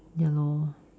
ya lor